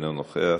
אינו נוכח,